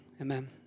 amen